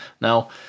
Now